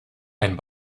ein